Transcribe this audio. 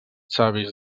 savis